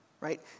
right